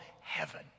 heaven